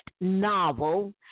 novel